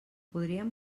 podríem